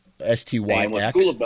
S-T-Y-X